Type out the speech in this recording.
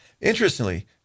Interestingly